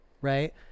right